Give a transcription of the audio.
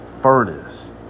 furnace